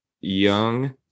young